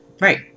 right